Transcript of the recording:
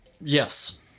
Yes